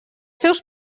seus